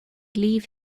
leave